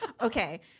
Okay